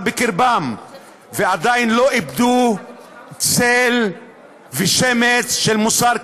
בקרבם ועדיין לא איבדו צל ושמץ של מוסר,